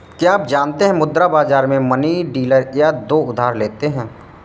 क्या आप जानते है मुद्रा बाज़ार में मनी डीलर या तो उधार लेते या देते है?